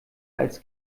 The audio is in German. als